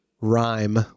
rhyme